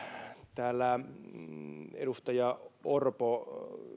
täällä edustaja orpo